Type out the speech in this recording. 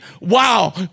Wow